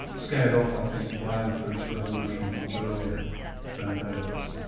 scared off i think by the french revolution much earlier than beddoes,